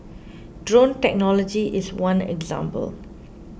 drone technology is one example